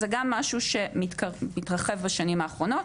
זה גם משהו שמתרחב בשנים האחרונות.